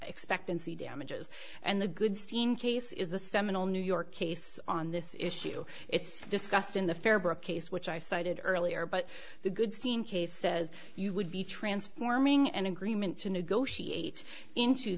expectancy damages and the goodstein case is the seminal new york case on this issue it's discussed in the faerber a case which i cited earlier but the goodstein case says you would be transforming an agreement to negotiate into